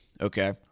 okay